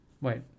Wait